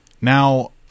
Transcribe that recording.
Now